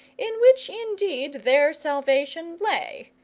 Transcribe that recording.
in which, indeed, their salvation lay,